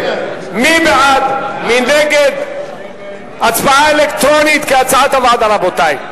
דיכטר, קבוצת סיעת חד"ש,